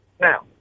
Now